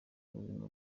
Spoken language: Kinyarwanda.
ubuzima